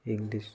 English